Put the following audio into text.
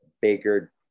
Baker